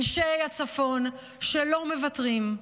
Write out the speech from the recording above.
אנשי הצפון שלא מוותרים.